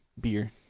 beer